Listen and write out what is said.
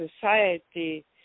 society